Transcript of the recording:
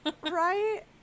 Right